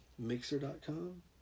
mixer.com